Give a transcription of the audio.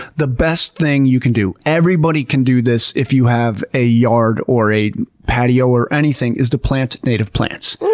the best thing you can do, everybody can do this if you have a yard, or a patio, or anything, is to plant native plants.